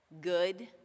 good